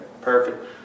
Perfect